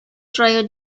trio